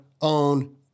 own